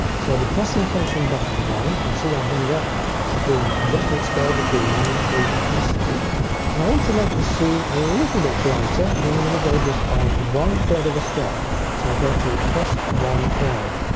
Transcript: so depressing function button one you can see i'll bring up the adjustment scale between minus three and plus three and i want to make this scene a little bit lighter and i'm gonna go just by one third of a stop so i ah go to plus one third.